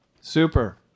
Super